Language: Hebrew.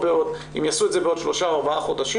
אם יעשו את זה בעוד 3-4 חודשים,